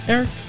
Eric